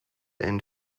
and